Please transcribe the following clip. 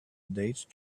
date